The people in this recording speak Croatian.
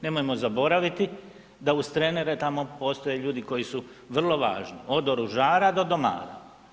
Nemojmo zaboraviti da uz trenere tamo postoje ljudi koji su vrlo važni od oružara do domara.